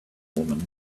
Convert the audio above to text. woman